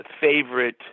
favorite